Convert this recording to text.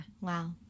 Wow